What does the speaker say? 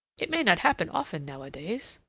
it may not happen often nowadays.